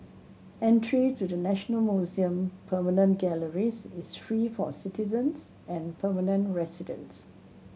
entry to the National Museum permanent galleries is free for citizens and permanent residents